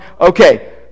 Okay